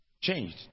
changed